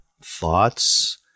thoughts